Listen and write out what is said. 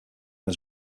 was